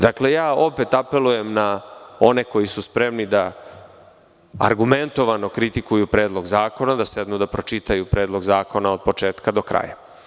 Dakle, opet apelujem na one koji su spremni da argumentovano kritikuju Predlog zakona, da sednu da pročitaju Predlog zakona od početka do kraja.